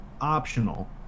optional